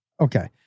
Okay